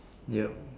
yup